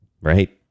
Right